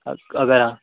अगर आप